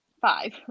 five